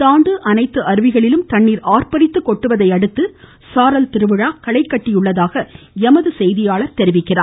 இந்த ஆண்டு அருவிகளிலும் தண்ணீர் ஆர்ப்பரித்து கொட்டுவதையடுத்து சாரல் திருவிழா களை கட்டியுள்ளதாக எமது செய்தியாளர் தெரிவிக்கிறார்